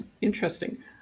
Interesting